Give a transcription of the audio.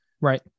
Right